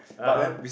(uh huh)